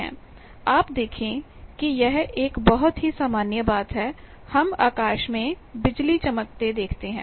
आप देखें कि यह एक बहुत ही सामान्य बात है हम आकाश में बिजली चमकते देखते हैं